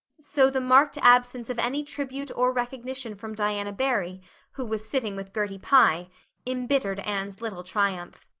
so the marked absence of any tribute or recognition from diana barry who was sitting with gertie pye embittered anne's little triumph.